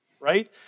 right